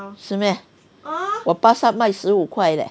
是 meh 我巴刹卖十五块 leh